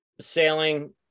sailing